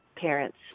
parents